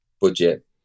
budget